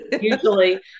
usually